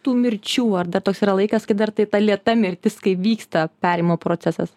tų mirčių ar dar toks yra laikas kai dar tai ta lėta mirtis kai vyksta perėjimo procesas